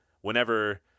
whenever